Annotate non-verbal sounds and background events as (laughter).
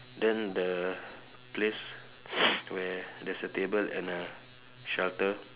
then the place (noise) where there's a table and a shelter